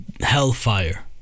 hellfire